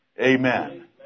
Amen